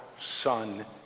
Son